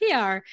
PR